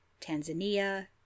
Tanzania